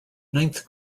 ninth